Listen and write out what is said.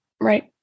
Right